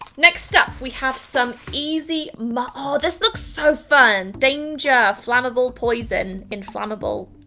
next up we have some easy ma oh, this looks so fun! danger flammable poison, inflammable.